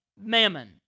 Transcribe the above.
Mammon